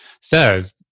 says